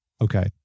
Okay